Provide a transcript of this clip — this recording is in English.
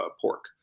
pork